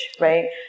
right